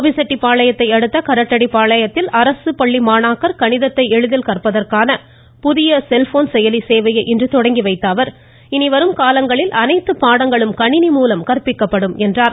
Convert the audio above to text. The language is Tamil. கோபிச்செட்டிப்பாளையத்தையடுத்த கரட்டடிபாளையத்தில் மாணாக்கர் கணிதத்தை எளிதில் கந்பதற்கான புதிய செல்போன் செயலி சேவையை இன்று தொடங்கி வைத்த அவர் இனிவரும் காலங்களில் அனைத்து பாடங்களும் கணிணி மூலம் கற்பிக்கப்படும் என்றார்